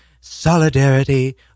solidarity